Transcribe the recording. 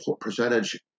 percentage